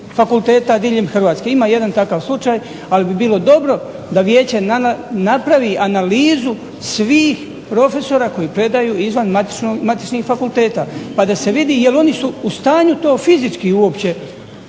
fakulteta diljem Hrvatske. Ima jedan takav slučaj, ali bi bilo dobro da Vijeće napravi analizu svih profesora koji predaju izvan matičnih fakulteta pa da se vidi jel oni su u stanju to fizički uopće